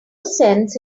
sense